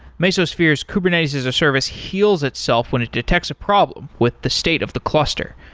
mesosphere's kubernetes-as-a-service heals itself when it detects a problem with the state of the cluster.